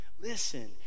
Listen